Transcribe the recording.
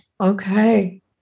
okay